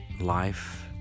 life